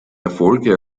erfolge